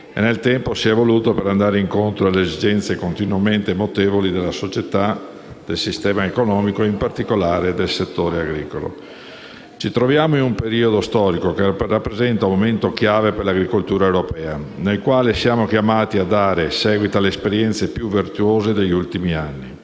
nel tempo, si è evoluto per andare incontro alle esigenze continuamente mutevoli della società, del sistema economico e, in particolare, del settore agricolo. Ci troviamo in un periodo storico che rappresenta un momento chiave per l'agricoltura europea, nel quale siamo chiamati a dare seguito alle esperienze più virtuose degli ultimi anni,